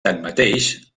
tanmateix